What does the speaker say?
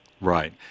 right